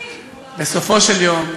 בסופו של יום,